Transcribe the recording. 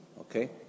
Okay